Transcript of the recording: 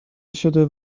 شده